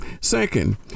Second